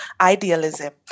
idealism